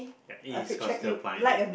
it is considered a blind date